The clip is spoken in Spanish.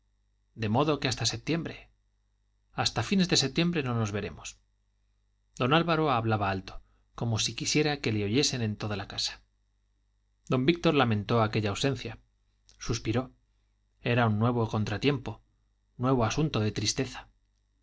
de modo que hasta septiembre hasta fines de septiembre no nos veremos don álvaro hablaba alto como si quisiera que le oyesen en toda la casa don víctor lamentó aquella ausencia suspiró era un nuevo contratiempo nuevo asunto de tristeza